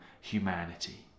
humanity